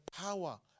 power